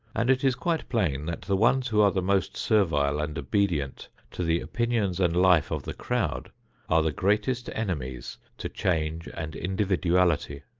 and it is quite plain that the ones who are the most servile and obedient to the opinions and life of the crowd are the greatest enemies to change and individuality.